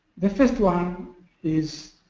the first one is